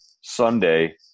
Sunday